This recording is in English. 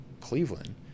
Cleveland